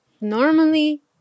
normally